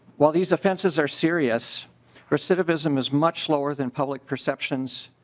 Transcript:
while these offenses are serious recidivism is much slower than public perceptions